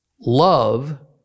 love